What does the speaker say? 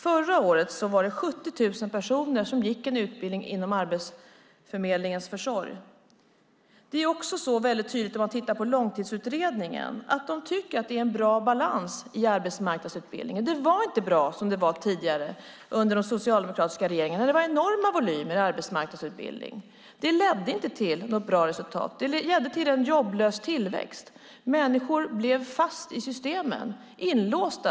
Förra året var det 70 000 personer som gick en utbildning genom Arbetsförmedlingens försorg. Enligt Långtidsutredningen är det en bra balans inom arbetsmarknadsutbildningen. Det var inte bra som det var tidigare under de socialdemokratiska regeringarnas tid. Det var enorma volymer inom arbetsmarknadsutbildningen. Det ledde inte till något bra resultat. Det ledde till en jobblös tillväxt. Människor blev fast i systemen. De blev inlåsta.